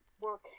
work